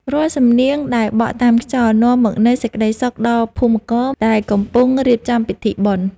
រាល់សំនៀងដែលបក់តាមខ្យល់ នាំមកនូវសេចក្ដីសុខដល់ភូមិករដែលកំពុងរៀបចំពិធីបុណ្យ។